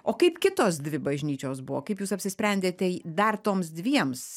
o kaip kitos dvi bažnyčios buvo kaip jūs apsisprendėte dar toms dviems